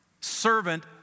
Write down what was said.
servant